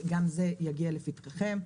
גם זה יגיע לפתחכם.